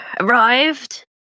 arrived